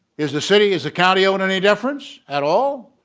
is the city is the county owned any difference at all?